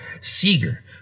Seeger